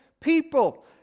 people